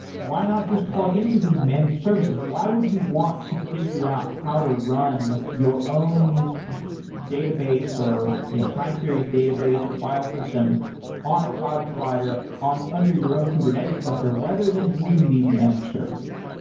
why not just plug into these managed services? why would you want to figure out how to run your own database or you know time series database or file system on a cloud provider under your own kubernetes cluster rather than using these managed services?